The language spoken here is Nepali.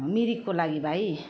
मिरिकको लागि भाइ